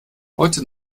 heute